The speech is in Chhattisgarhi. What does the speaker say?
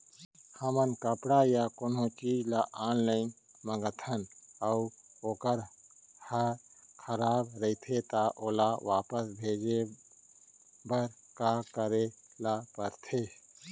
हमन कपड़ा या कोनो चीज ल ऑनलाइन मँगाथन अऊ वोकर ह खराब रहिये ता ओला वापस भेजे बर का करे ल पढ़थे?